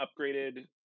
upgraded